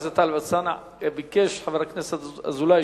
ביקש חבר הכנסת אזולאי,